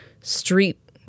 street